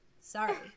Sorry